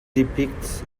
depicts